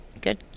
good